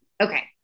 okay